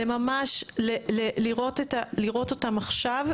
זה ממש לראות אותם עכשיו,